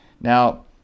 Now